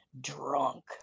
drunk